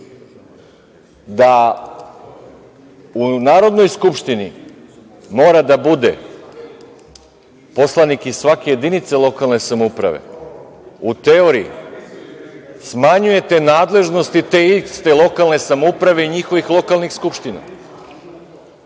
da u Narodnoj skupštini mora da bude poslanik iz svake jedinice lokalne samouprave, u teoriji, smanjujete nadležnosti te iste lokalne samouprave i njihovih lokalnih skupština.